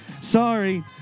Sorry